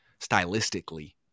stylistically